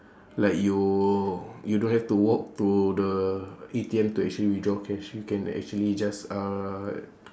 like you you don't have to walk to the A_T_M to actually withdraw cash you can actually just uh